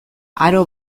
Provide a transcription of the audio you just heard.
aro